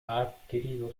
adquirido